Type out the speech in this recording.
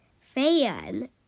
Fan